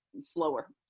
slower